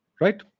Right